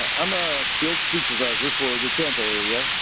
ah i'm a field supervisor for the tampa area,